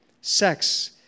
Sex